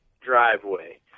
driveway